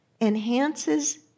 enhances